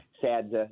Sad